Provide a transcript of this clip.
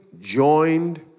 joined